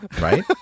right